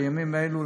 בימים אלו,